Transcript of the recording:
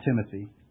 Timothy